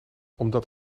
omdat